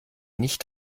nicht